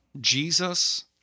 Jesus